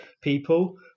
people